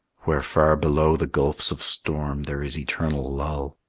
where far below the gulfs of storm there is eternal lull.